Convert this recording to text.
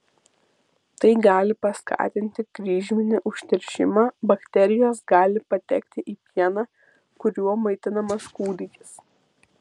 tai gali paskatinti kryžminį užteršimą bakterijos gali patekti į pieną kuriuo maitinamas kūdikis